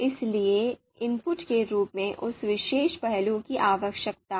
इसलिए इनपुट के रूप में उस विशेष पहलू की आवश्यकता है